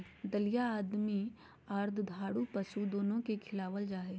दलिया आदमी आर दुधारू पशु दोनो के खिलावल जा हई,